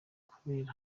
kubera